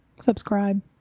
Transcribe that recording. subscribe